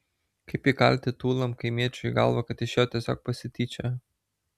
kaip įkalti tūlam kaimiečiui į galvą kad iš jo tiesiog pasityčiojo